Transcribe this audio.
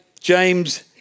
James